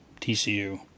TCU